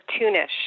cartoonish